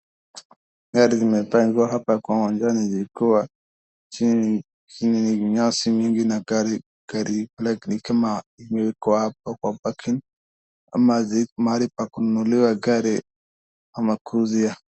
Gari zimepangwa hapa kwa uwanjani zikiwa chini ya nyasi mingi na gari gari black . Ni kama imewekwa hapa kwa parking ama ziko mahali pa kununuliwa gari ama kuuzia.